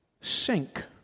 sink